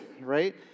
Right